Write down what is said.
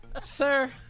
Sir